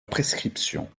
prescription